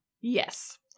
Yes